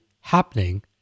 happening